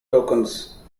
tokens